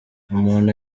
umuntu